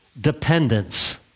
dependence